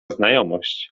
znajomość